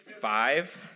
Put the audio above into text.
five